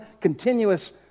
continuous